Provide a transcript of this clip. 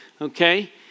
Okay